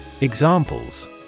Examples